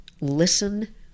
Listen